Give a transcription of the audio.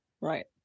Right